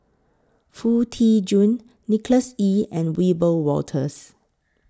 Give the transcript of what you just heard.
Foo Tee Jun Nicholas Ee and Wiebe Wolters